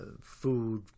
food